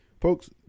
Folks